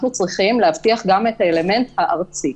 אנחנו צריכים להבטיח גם את האלמנט הארצי.